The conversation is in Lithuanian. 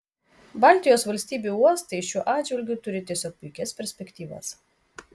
baltijos valstybių uostai šiuo atžvilgiu turi tiesiog puikias perspektyvas